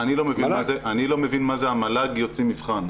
אני לא מבין מה זה 'המל"ג יוציא מבחן'